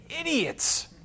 idiots